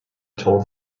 told